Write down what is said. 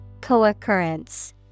Co-occurrence